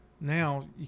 now